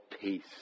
peace